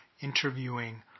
interviewing